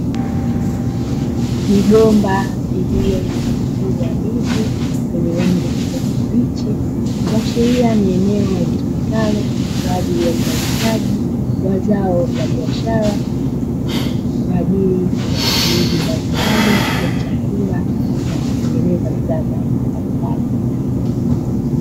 Migomba iliyo na mkungu wa ndizi wenye rangi ya kijani kibichi, kuashiria ni eneo litumikalo kwa ajili ya uzalishaji wa zao la biashara kwa ajili ya matumizi mbalimbali ya chakula na kutengeneza bidhaa za aina mbalimbali.